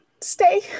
stay